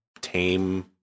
tame